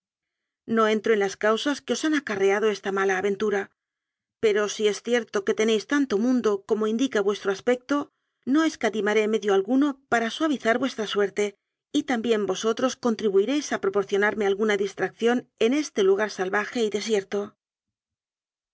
no entro en las causas que os han acarreado esta mala ventura pero si es cierto que tenéis tanto mundo como indica vuestro aspecto no escatimaré medio alguno para suavizar vuestra suerte y tam bién vosotros contribuiréis a proporcionarme al guna distracción en este lugar salvaje y desierto